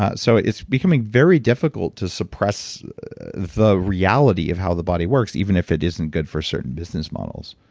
ah so it's becoming very difficult to suppress the reality of how the body works, even if it isn't good for certain business models